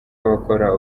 abakora